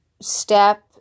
step